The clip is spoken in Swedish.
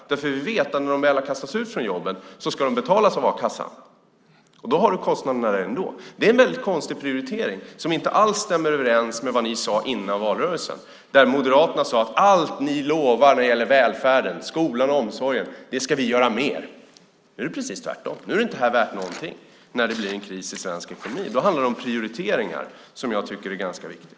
Vi vet ju att dessa människor, när de väl har kastats ut från jobben, ska betalas av a-kassan. Då har vi kostnaderna där ändå. Detta är en väldigt konstig prioritering som inte alls stämmer överens med vad ni sade i valrörelsen. Då sade Moderaterna: Allt ni lovar att göra när det gäller välfärden, skolan och omsorgen ska vi göra mer av. Nu är det precis tvärtom. Nu när det är kris i svensk ekonomi är detta inte värt någonting. Då handlar det om prioriteringar, något som jag tycker är ganska viktigt.